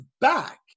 back